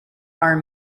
are